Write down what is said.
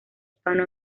hispano